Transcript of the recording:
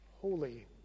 holy